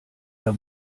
der